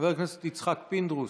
חבר הכנסת יצחק פינדרוס,